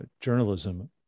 journalism